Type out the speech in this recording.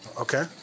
Okay